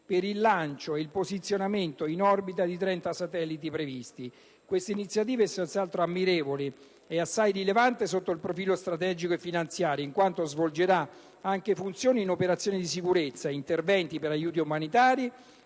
per il lancio e il posizionamento in orbita dei 30 satelliti previsti. Questa iniziativa è senz'altro ammirevole e assai rilevante sotto il profilo strategico e finanziario, in quanto svolgerà anche importanti funzioni relative ad operazioni di sicurezza, interventi per aiuti umanitari,